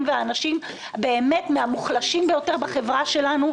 והאנשים המוחלשים ביותר בחברה שלנו.